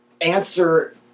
answer